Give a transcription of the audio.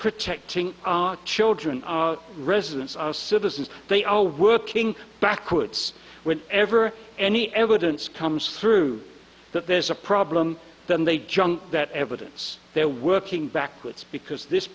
protecting our children our residents our citizens they are working backwards when ever any evidence comes through that there's a problem then they junk that evidence they're working backwards because this